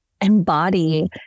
embody